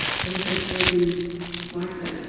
have you had occasions like that?